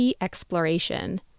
exploration